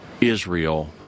Israel